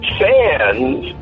fans